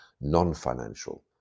non-financial